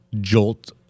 jolt